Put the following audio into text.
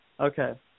Okay